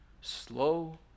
slow